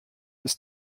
ist